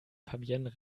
fabienne